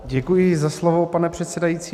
Děkuji za slovo, pane předsedající.